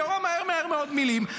הכול מהר בהרבה מאוד מילים.